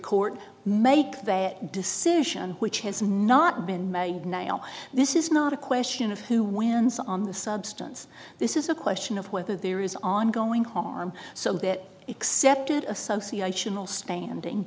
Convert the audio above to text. court make that decision which has not been made now this is not a question of who wins on the substance this is a question of whether there is ongoing harm so that excepted association all standing